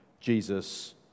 Jesus